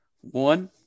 One